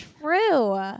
true